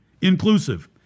Inclusive